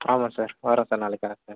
ஆமாம் சார் வரேன் சார் நாளைக்கு கரெக்டா